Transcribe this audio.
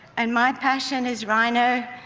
and my passion is rhino,